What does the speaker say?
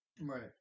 Right